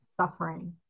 suffering